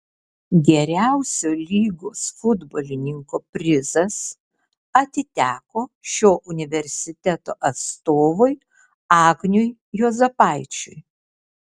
geriausio lygos futbolininko prizas atiteko šio universiteto atstovui agniui juozapaičiui